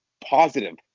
positive